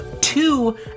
two